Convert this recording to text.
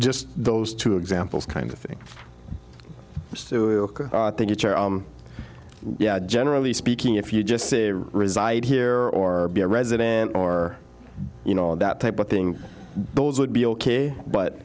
just those two examples kind of thing yeah generally speaking if you just say reside here or be a resident or you know that type of thing those would be ok but